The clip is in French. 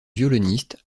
violoniste